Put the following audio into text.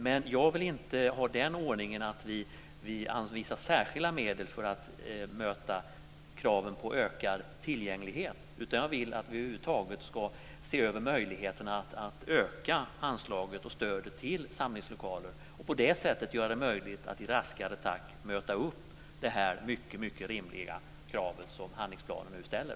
Men jag vill inte ha den ordningen att vi anvisar särskilda medel för att möta kraven på ökad tillgänglighet. Jag vill att vi över huvud taget ska se över möjligheterna att öka anslaget och stödet till samlingslokaler och på det sättet göra det möjligt att i raskare takt svara upp mot det mycket rimliga krav som handlingsplanen nu ställer.